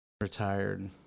retired